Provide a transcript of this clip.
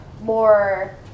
more